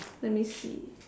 let me see